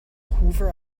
hoover